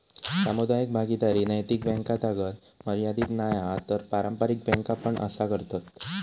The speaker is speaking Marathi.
सामुदायिक भागीदारी नैतिक बॅन्कातागत मर्यादीत नाय हा तर पारंपारिक बॅन्का पण असा करतत